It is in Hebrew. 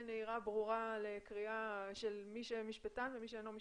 נהירה וברורה לקריאה של מי שמשפטן ושל מי שאינו משפטן,